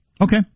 Okay